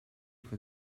for